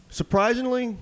surprisingly